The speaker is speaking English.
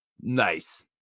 Nice